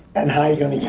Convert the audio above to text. and how you're gonna yeah